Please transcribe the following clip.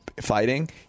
fighting